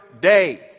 day